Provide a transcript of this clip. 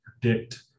predict